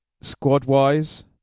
squad-wise